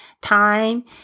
time